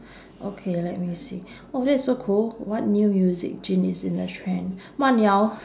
okay let me see oh that's so cool what new music gen~ is in the trend